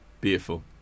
beautiful